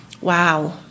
wow